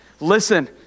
Listen